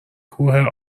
کوه